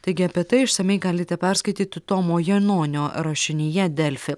taigi apie tai išsamiai galite perskaityti tomo janonio rašinyje delfi